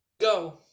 go